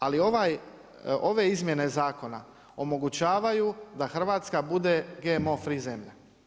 Ali ove izmjene zakona omogućavaju da Hrvatska bude GMO free zemlja.